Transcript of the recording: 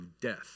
death